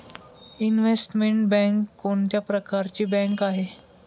Investment bank कोणत्या प्रकारची bank आहे?